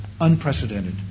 unprecedented